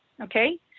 Okay